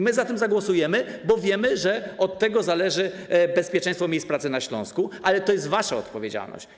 My za tym zagłosujemy, bo wiemy, że od tego zależy bezpieczeństwo miejsc pracy na Śląsku, ale to jest wasza odpowiedzialność.